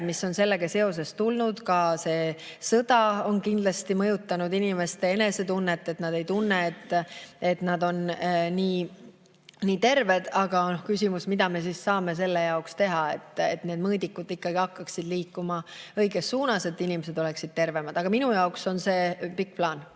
[pandeemiaga] seoses tulnud. Ka sõda on kindlasti mõjutanud inimeste enesetunnet, nad ei tunne, et nad on nii terved. Küsimus on selles, mida me siis saame selle jaoks teha, et need mõõdikud ikkagi hakkaksid liikuma õiges suunas ja inimesed oleksid tervemad. Aga minu jaoks on see